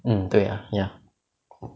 mm 对 ah ya